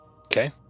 Okay